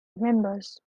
members